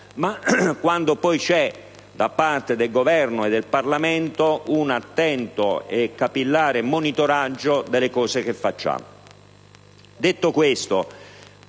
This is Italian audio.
ma quando poi ci sarà da parte del Governo e del Parlamento un attento e capillare monitoraggio delle cose che approviamo. Detto questo,